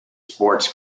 sports